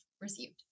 received